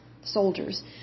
soldiers